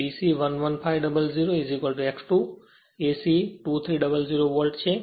BC 11500 X2 અને AC 2300 volt છે